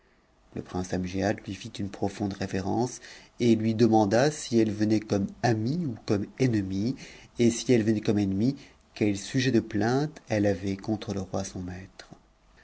le prince a tui ntuno profonde révérence et lui demanda si elle venait o't m coth'ne ennemie et si elle venait comme ennemie quel sujet de ttinte elle avait contre le roi son maître